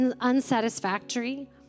unsatisfactory